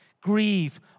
Grieve